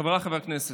חבריי חברי הכנסת,